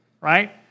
right